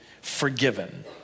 forgiven